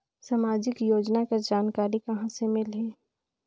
समाजिक योजना कर जानकारी कहाँ से मिलही?